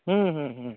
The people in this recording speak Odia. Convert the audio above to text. ହୁଁ ହୁଁ ହୁଁ